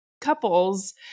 couples